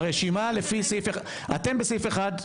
הרשימה לפי סעיף אחד, אתם בסעיף אחד,